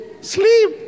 sleep